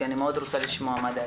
כי אני מאוד רוצה לשמוע מה דעתם.